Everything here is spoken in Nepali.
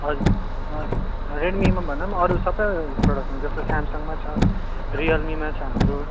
हजुर अँ रेडमीमा भन्दा पनि अरू सबै प्रडक्टमा जस्तो सामसङमा छ रियलमी छ हाम्रो